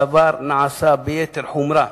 הדבר נעשה ביתר חומרה